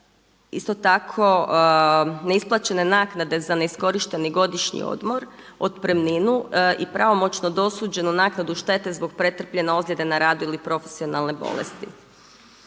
isto tako neisplaćene naknade za neiskorišteni godišnji odmor, otpremninu i pravomoćno dosuđenu naknadu štete zbog pretrpljene ozljede na radu ili profesionalne bolesti.